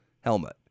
helmet